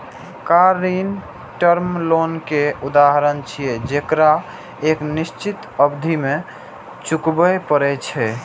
car ऋण term loan के उदाहरण छियै, जेकरा एक निश्चित अवधि मे चुकबै पड़ै छै